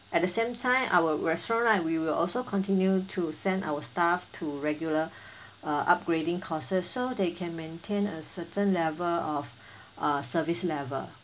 at the same time our restaurant right we will also continue to send our staff to regular uh upgrading courses so they can maintain a certain level of uh service level